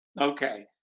okay